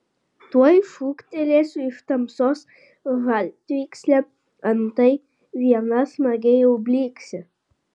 tuoj šūktelėsiu iš tamsos žaltvykslę antai viena smagiai jau blyksi